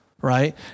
right